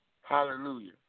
Hallelujah